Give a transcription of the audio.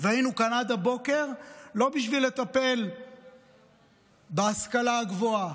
והיינו כאן עד הבוקר לא בשביל לטפל בהשכלה הגבוהה,